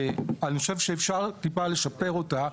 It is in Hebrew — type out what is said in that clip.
ואני חושב שאפשר טיפה לשפר אותה,